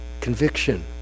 conviction